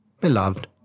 beloved